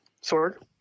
Sword